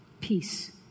peace